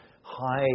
high